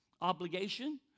obligation